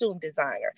designer